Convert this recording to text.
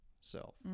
self